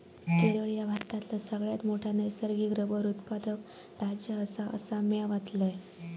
केरळ ह्या भारतातला सगळ्यात मोठा नैसर्गिक रबर उत्पादक राज्य आसा, असा म्या वाचलंय